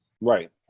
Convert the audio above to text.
right